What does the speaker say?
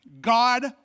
God